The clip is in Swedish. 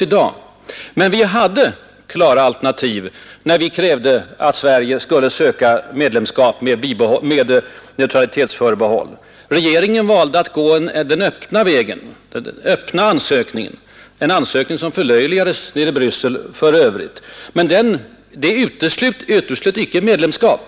Vi hade emellertid klara alternativ, när vi krävde att Sverige skulle söka medlemskap med neutralitetsförbehåll. Regeringen valde att gå den ”öppna” vägen, en öppen ansökan, som för övrigt förlöjligades i Bryssel, och i den ansökan uteslöt regeringen själv icke medlemskap.